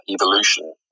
evolution